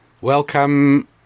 Welcome